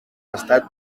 estat